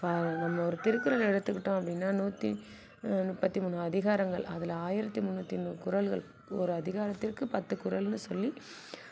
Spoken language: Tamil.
இப்போ நம்ம ஒரு திருக்குறள் எடுத்துக்கிட்டோம் அப்படின்னால் நூற்றி முப்பத்தி மூணு அதிகாரங்கள் அதில் ஆயிரத்தி முன்னூற்றி மூணு குறள்கள் ஒரு அதிகாரத்திற்கு பத்து குறள்னு சொல்லி